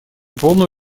полную